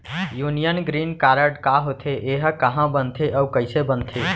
Union green card का होथे, एहा कहाँ बनथे अऊ कइसे बनथे?